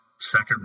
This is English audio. second